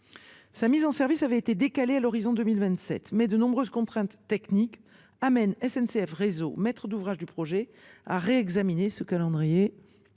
Sa mise en service avait été décalée à l’horizon 2027, mais de nombreuses contraintes techniques conduisent SNCF Réseau, maître d’ouvrage du projet, à réexaminer ce calendrier